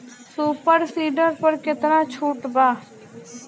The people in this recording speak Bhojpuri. सुपर सीडर पर केतना छूट बा?